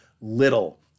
little